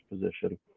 position